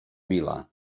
vil·la